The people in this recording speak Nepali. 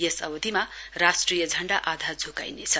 यस अवधिमा राष्ट्रिय झण्डा आधा झुकाइनेछ